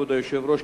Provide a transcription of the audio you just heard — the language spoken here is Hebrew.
כבוד היושב-ראש,